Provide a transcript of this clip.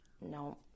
no